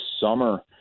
summer